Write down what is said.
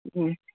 ہوں